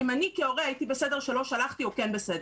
ואם אני כהורה הייתי בסדר שלא שלחתי או כן בסדר.